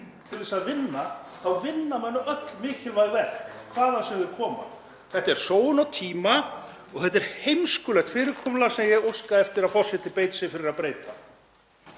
til að vinna þá vinna menn öll mikilvæg verk, hvaðan sem þau koma? Þetta er sóun á tíma og þetta er heimskulegt fyrirkomulag sem ég óska eftir að forseti beiti sér fyrir að breyta.